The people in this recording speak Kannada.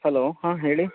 ಹಲೋ ಹಾಂ ಹೇಳಿ